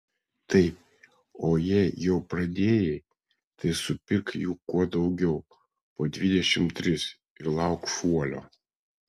taip o jei jau pradėjai tai supirk jų kuo daugiau po dvidešimt tris ir lauk šuolio